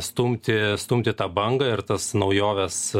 stumti stumti tą bangą ir tas naujoves